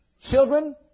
Children